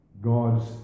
God's